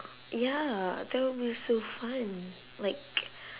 ya that will be so fun like